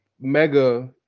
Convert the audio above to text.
Mega